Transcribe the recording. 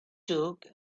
took